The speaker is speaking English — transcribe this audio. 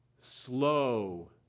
slow